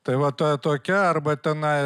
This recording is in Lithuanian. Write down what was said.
tai va ta tokia arba tenai